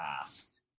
asked